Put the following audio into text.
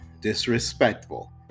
disrespectful